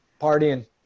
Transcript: partying